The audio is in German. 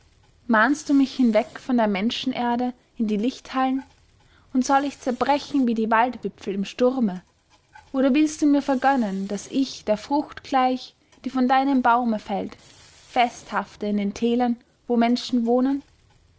mahnst du mich hinweg von der menschenerde in die lichthallen und soll ich zerbrechen wie die waldwipfel im sturme oder willst du mir vergönnen daß ich der frucht gleich die von deinem baume fällt festhafte in den tälern wo menschen wohnen